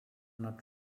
not